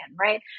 Right